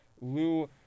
Lou